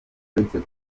uretse